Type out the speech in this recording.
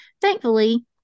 Thankfully